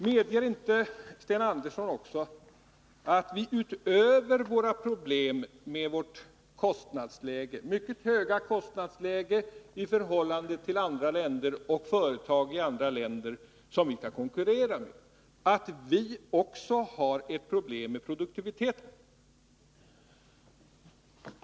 Medger inte Sten Andersson att vi — utöver problemen med vårt mycket höga kostnadsläge i förhållande till kostnadsläget i företag i andra länder som vi kan konkurrera med — också har ett problem med produktiviteten?